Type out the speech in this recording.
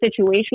situational